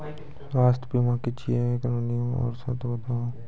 स्वास्थ्य बीमा की छियै? एकरऽ नियम आर सर्त बताऊ?